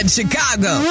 Chicago